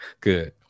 Good